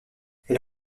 elle